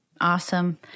Awesome